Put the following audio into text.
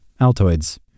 Altoids